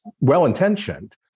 well-intentioned